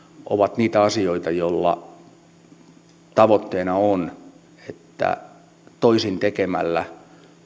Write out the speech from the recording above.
ovat niitä asioita joissa tavoitteena on että toisin tekemällä